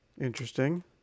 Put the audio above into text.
Interesting